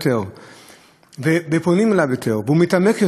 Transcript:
של שיטה, של התנהלות